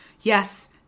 yes